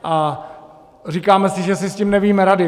A říkáme, že si s tím nevíme rady.